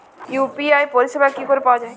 UPI পরিষেবা কি করে পাওয়া যাবে?